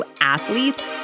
athletes